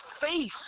face